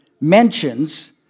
mentions